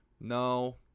No